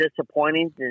disappointing